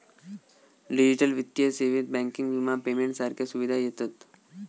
digital वित्तीय सेवेत banking, विमा, पेमेंट सारख्या सुविधा येतत